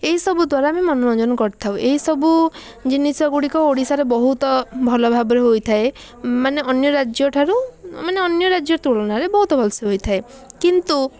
ଏଇସବୁ ଦ୍ଵାରା ଆମେ ମନୋରଞ୍ଜନ କରିଥାଉ ଏହିସବୁ ଜିନିଷଗୁଡ଼ାକ ଓଡ଼ିଶାରେ ବହୁତ ଭଲ ଭାବରେ ହୋଇଥାଏ ମାନେ ଅନ୍ୟ ରାଜ୍ୟଠାରୁ ମାନେ ଅନ୍ୟ ରାଜ୍ୟ ତୁଳନାରେ ବହୁତ ଭଲ ସେ ହୋଇଥାଏ କିନ୍ତୁ